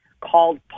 called